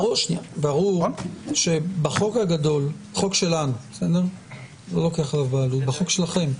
ברור שבחוק הגדול, החוק שלנו, בחוק שלכם,